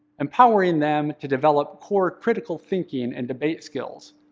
empowering them to develop core critical thinking and debate skills,